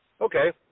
okay